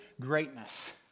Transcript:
greatness